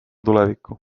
tulevikku